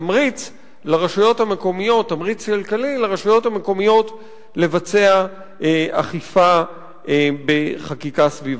תמריץ כלכלי לרשויות המקומיות לבצע אכיפה בחקיקה סביבתית.